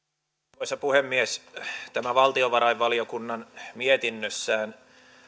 arvoisa puhemies tämä valtiovarainvaliokunnan mietinnössään